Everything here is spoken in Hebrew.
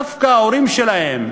דווקא ההורים שלהם,